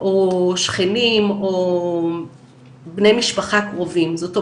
או שכנים, או בני משפחה קרובים, זאת אומרת,